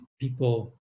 people